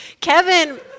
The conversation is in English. Kevin